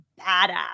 badass